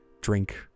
drink